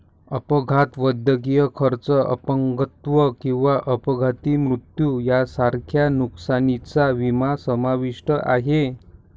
अपघात, वैद्यकीय खर्च, अपंगत्व किंवा अपघाती मृत्यू यांसारख्या नुकसानीचा विमा समाविष्ट आहे